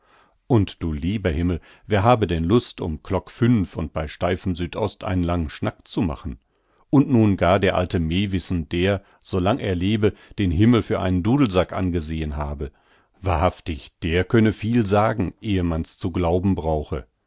aber du lieber himmel wer habe denn lust um klock fünf und bei steifem südost einen langen schnack zu machen und nun gar der alte mewissen der so lang er lebe den himmel für einen dudelsack angesehen habe wahrhaftig der könne viel sagen eh man's zu glauben brauche